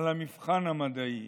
על המבחן המדעי.